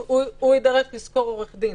הוא יידרש לשכור עורך דין.